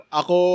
ako